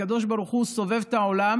הקדוש ברוך הוא סובב את העולם: